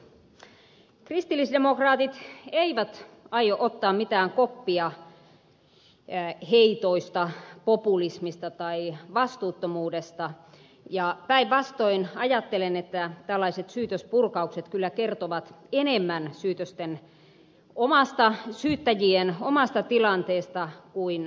kristillisdemokraatit eivät aio ottaa mitään koppia heitoista populismista tai vastuuttomuudesta ja päinvastoin ajattelen että tällaiset syytöspurkaukset kyllä kertovat enemmän syyttäjien omasta tilanteesta kuin kohteesta